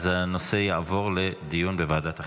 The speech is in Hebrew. אז הנושא יעבור לדיון בוועדת החינוך.